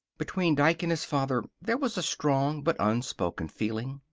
between dike and his father there was a strong but unspoken feeling.